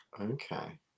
okay